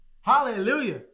Hallelujah